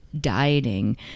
dieting